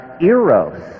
Eros